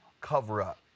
cover-up